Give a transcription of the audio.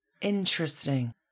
Interesting